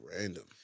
random